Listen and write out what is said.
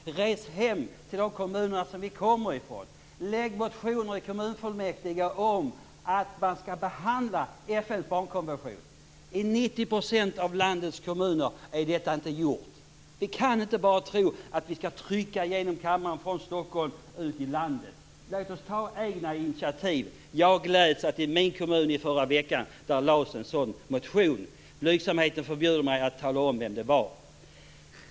Vi kan resa hem till våra kommuner och väcka motioner i kommunfullmäktige om att FN:s barnkonvention skall tas upp till behandling. Detta har inte skett i 90 % av landets kommuner. Vi kan inte bara tro att vi kan utöva ett tryck i kammaren i Stockholm ut i landet. Låt oss ta egna initiativ. Jag gläds åt att det i min kommun i förra veckan väcktes en sådan motion. Blygsamheten förbjuder mig att tala om vem det var.